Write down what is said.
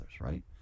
right